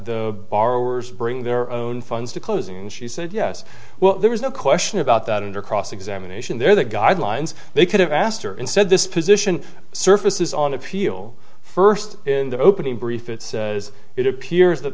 the borrowers bring their own funds to closing and she said yes well there's no question about that under cross examination there the guidelines they could have asked her and said this position surfaces on appeal first in the opening brief it says it appears that